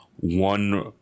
one